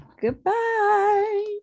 goodbye